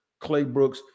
Claybrooks